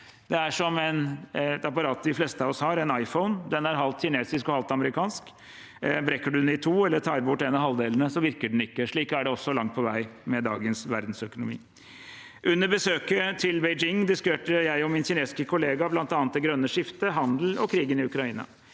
Det er som et apparat de fleste av oss har, en iPhone. Den er halvt kinesisk og halvt amerikansk. Brekker man den i to eller tar bort en av halvdelene, virker den ikke. Slik er det også langt på vei med dagens verdensøkonomi. Under besøket til Beijing diskuterte jeg og min kinesiske kollega bl.a. det grønne skiftet, handel og krigen i Ukraina.